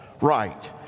right